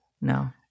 No